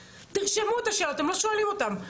תרשמו את השאלות, אתם לא שואלים אותם.